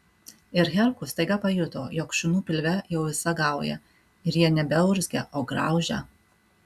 ir herkus staiga pajuto jog šunų pilve jau visa gauja ir jie nebeurzgia o graužia